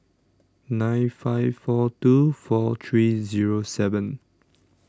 nine five four two four three Zero seven